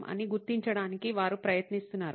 ' అని గుర్తించడానికి వారు ప్రయత్నిస్తున్నారు